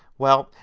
well,